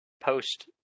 post